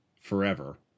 forever